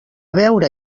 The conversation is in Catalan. beure